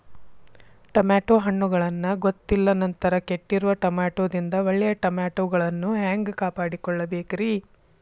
Tomato ಹಣ್ಣುಗಳನ್ನ ಗೊತ್ತಿಲ್ಲ ನಂತರ ಕೆಟ್ಟಿರುವ ಟಮಾಟೊದಿಂದ ಒಳ್ಳೆಯ ಟಮಾಟೊಗಳನ್ನು ಹ್ಯಾಂಗ ಕಾಪಾಡಿಕೊಳ್ಳಬೇಕರೇ?